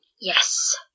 yes